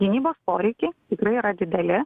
gynybos poreikiai tikrai yra dideli